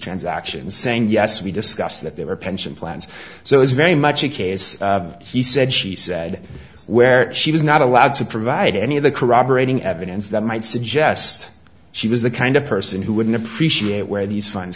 transactions saying yes we discussed that there were pension plans so it's very much a case he said she said where she was not allowed to provide any of the corroborating evidence that might suggest she was the kind of person who wouldn't appreciate where these funds